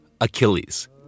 Achilles